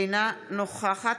אינה נוכחת